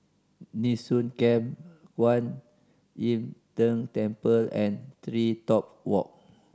Nee Soon Camp Kwan Im Tng Temple and TreeTop Walk